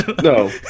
no